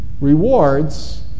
Rewards